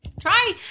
try